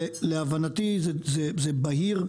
להבנתי זה בהיר,